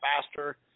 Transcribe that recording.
faster